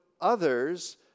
others